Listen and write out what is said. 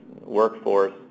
workforce